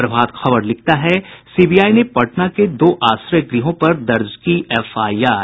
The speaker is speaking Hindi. प्रभात खबर की लिखता है सीबीआई ने पटना के दो आश्रय गृहों पर दर्ज की एफआईआर